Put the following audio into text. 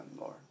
Lord